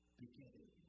beginning